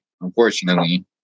unfortunately